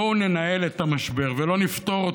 בואו ננהל את המשבר ולא נפתור אותו,